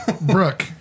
Brooke